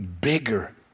bigger